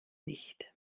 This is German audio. nicht